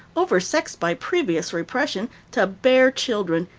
oversexed by previous repression, to bear children,